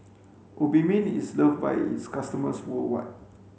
obimin is loved by its customers worldwide